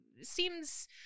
seems